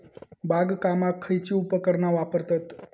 बागकामाक खयची उपकरणा वापरतत?